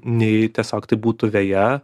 nei tiesiog tai būtų veja